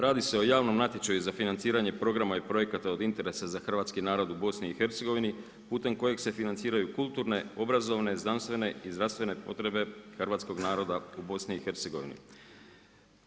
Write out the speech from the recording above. Radi se o javnom natječaju za financiranje programa i projekata od interesa za hrvatski narod u BiH-u putem kojeg se financiraju kulturne, obrazovne, znanstvene i zdravstvene potrebe hrvatskog naroda u BiH-u.